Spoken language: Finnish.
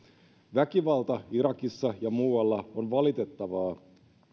väkivalta irakissa ja muualla on valitettavaa